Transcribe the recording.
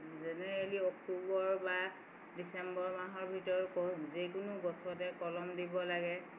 generally October বা December মাহৰ ভিতৰত ক যিকোনো গছতে কলম দিব লাগে